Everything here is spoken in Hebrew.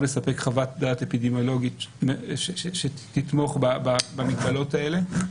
לספק חוות דעת אפידמיולוגית שתתמוך במגבלות האלה,